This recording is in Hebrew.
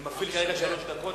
אני מפעיל כעת את שלוש הדקות.